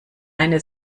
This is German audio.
eine